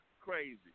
crazy